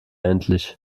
endlich